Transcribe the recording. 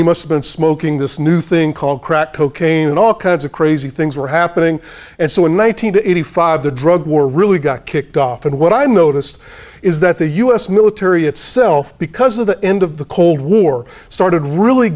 he must have been smoking this new thing called crack cocaine and all kinds of crazy things were happening and so one thousand nine hundred eighty five the drug war really got kicked off and what i noticed is that the u s military itself because of the end of the cold war started really